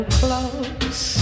close